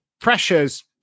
pressures